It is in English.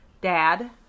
Dad